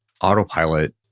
autopilot